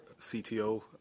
CTO